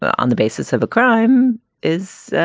the um the basis of a crime is,